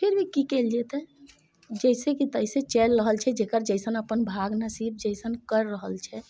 फिर भी कि कएल जेतै जइसे कि तइसे चलि रहल छै जकर जइसन अपन भाग नसीब जइसन करि रहल छै